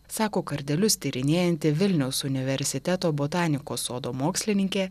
sako kardelius tyrinėjanti vilniaus universiteto botanikos sodo mokslininkė